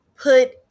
put